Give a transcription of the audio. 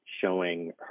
showing